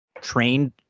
Trained